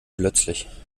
plötzlich